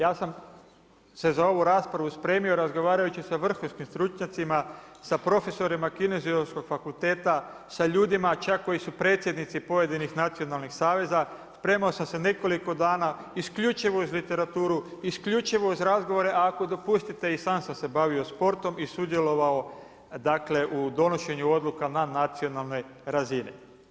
Ja sam se za ovu raspravu spremio razgovarajući sa vrhunskom stručnjacima, sa profesorima Kineziološkog fakulteta, sa ljudima čak koji su predsjednici pojedinih nacionalnih saveza, spremao sam se nekoliko dana isključivo uz literaturu, isključivo uz razgovore a ako dopustite i sam sa se bavio sportom i sudjelovao u donošenju odluka na nacionalnoj razini.